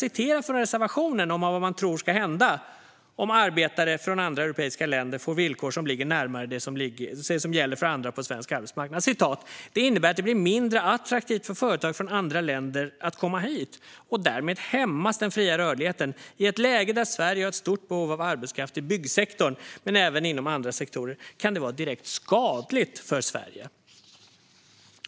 I reservationen skriver man vad man tror ska hända om arbetare från andra europeiska länder får villkor som ligger närmare det som gäller för andra på svensk arbetsmarknad: "Det innebär att det blir mindre attraktivt för företag från andra länder att komma hit, och därmed hämmas den fria rörligheten. I ett läge där Sverige har ett stort behov av arbetskraft i byggsektorn, men även inom andra sektorer, kan det vara direkt skadligt för Sverige."